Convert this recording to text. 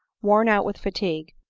worn out with fatigue,